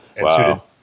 wow